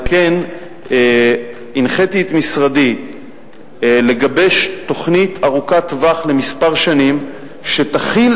על כן הנחיתי את משרדי לגבש תוכנית ארוכת-טווח לכמה שנים שתחיל